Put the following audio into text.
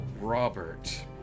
Robert